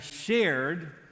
shared